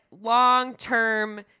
long-term